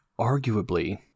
arguably